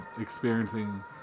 experiencing